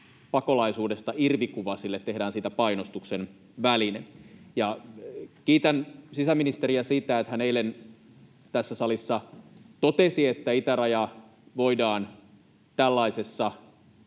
pakolaisuudesta irvikuva, tehdään siitä painostuksen väline. Kiitän sisäministeriä siitä, että hän eilen tässä salissa totesi, että itäraja voidaan tällaisessa